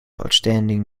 outstanding